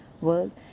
world